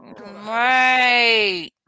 right